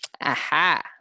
Aha